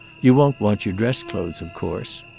you won't want your dress clothes, of course.